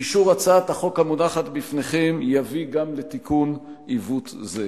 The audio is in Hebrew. ואישור הצעת החוק המונחת בפניכם יביא גם לתיקון עיוות זה.